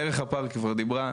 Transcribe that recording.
על ערך הפארק כבר דיברה,